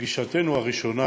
בפגישתנו הראשונה,